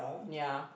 ya